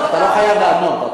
אתה לא חייב לענות.